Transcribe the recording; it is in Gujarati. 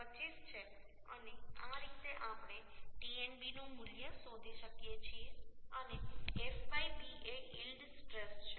25 છે અને આ રીતે આપણે Tnb નું મૂલ્ય શોધી શકીએ છીએ અને Fyb એ યીલ્ડ સ્ટ્રેસ છે